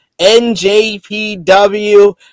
NJPW